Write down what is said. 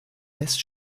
west